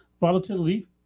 volatility